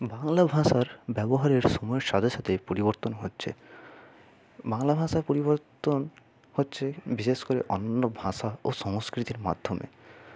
বাংলা ভাষার ব্যবহারের সময়ের সাথে সাথে পরিবর্তন হচ্ছে বাংলা ভাষার পরিবর্তন হচ্ছে বিশেষ করে অন্যান্য ভাষা ও সংস্কৃতির মাধ্যমে